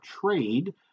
trade